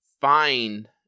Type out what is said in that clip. find